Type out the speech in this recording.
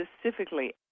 specifically